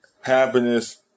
happiness